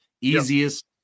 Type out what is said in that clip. easiest